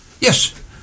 Yes